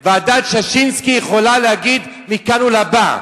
ועדת-ששינסקי יכולה להגיד מכאן ולהבא,